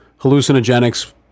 hallucinogenics